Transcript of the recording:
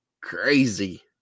crazy